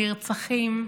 נרצחים,